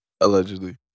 Allegedly